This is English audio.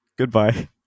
Goodbye